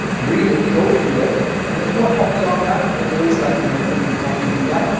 read it, go through it and then if you want help beyond that, there's ways that i can mentor you and help you do that.